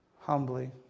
humbly